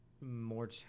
more